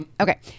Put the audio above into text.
Okay